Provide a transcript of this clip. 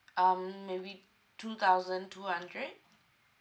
um maybe two thousand two hundred